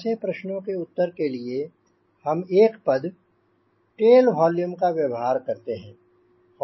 ऐसे प्रश्नों के उत्तर के लिए हम एक पद टेल वॉल्यूम का व्यवहार करते हैं